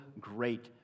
great